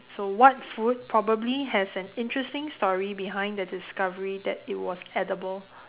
so what food probably has an interesting story behind the discovery that it was edible